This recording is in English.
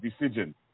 decision